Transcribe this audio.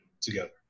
together